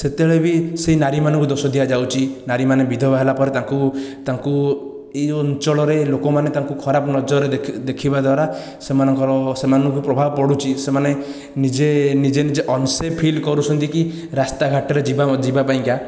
ସେତେବେଳେ ବି ସେହି ନାରୀମାନଙ୍କୁ ଦୋଷ ଦିଆଯାଉଛି ନାରୀମାନେ ବିଧବା ହେଲା ପରେ ତାଙ୍କୁ ତାଙ୍କୁ ଏହି ଯେଉଁ ଅଞ୍ଚଳରେ ଲୋକମାନେ ତାଙ୍କୁ ଖରାପ ନଜରରେ ଦେଖିବା ଦ୍ଵାରା ସେମାନଙ୍କର ସେମାନଙ୍କୁ ପ୍ରଭାବ ପଡ଼ୁଛି ସେମାନେ ନିଜେ ନିଜେ ଅନସେଫ୍ ଫିଲ୍ କରୁଛନ୍ତି କି ରାସ୍ତା ଘାଟରେ ଯିବା ଯିବା ପାଇଁକା